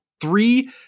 three